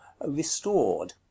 restored